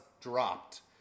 dropped